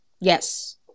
Yes